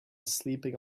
sleeping